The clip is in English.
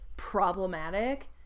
problematic